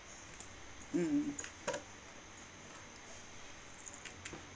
um